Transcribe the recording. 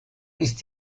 ist